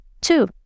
two